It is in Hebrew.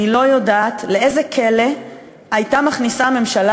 אני לא יודעת לאיזה כלא הייתה מכניסה הממשלה